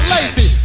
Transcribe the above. Lazy